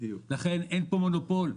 לכן אין כאן מונופול.